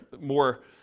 more